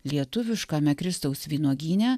lietuviškame kristaus vynuogyne